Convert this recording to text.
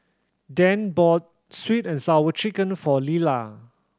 Dane bought Sweet And Sour Chicken for Lela